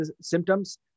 symptoms